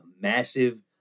massive